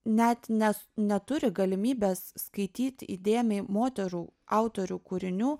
net nes neturi galimybės skaityt įdėmiai moterų autorių kūrinių